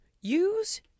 Use